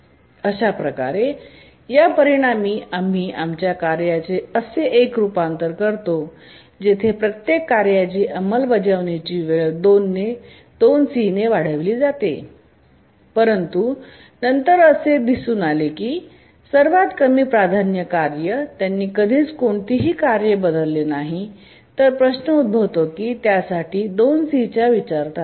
अशाप्रकारे या परिणामी आम्ही आमच्या कार्याचे असे एक रुपांतर करतो जेथे प्रत्येक कार्याची अंमलबजावणी वेळ 2 c ने वाढविला जातो परंतु नंतर असे दिसून आले की सर्वात कमी प्राधान्य कार्य त्यांनी कधीच कोणतेही कार्य बदलले नाही तर प्रश्न उद्भवतो की त्यासाठी 2 c च्या विचारात